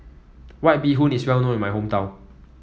White Bee Hoon is well known in my hometown